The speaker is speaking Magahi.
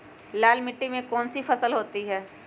लाल मिट्टी में कौन सी फसल होती हैं?